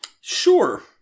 Sure